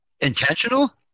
intentional